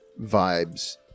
vibes